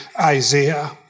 Isaiah